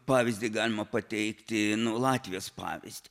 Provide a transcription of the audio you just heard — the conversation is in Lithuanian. pavyzdį galima pateikti nu latvijos pavyzdį